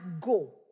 go